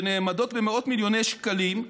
שנאמדות במאות מיליוני שקלים,